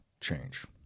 change